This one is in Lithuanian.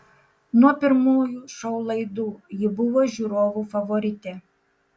nuo pirmųjų šou laidų ji buvo žiūrovų favoritė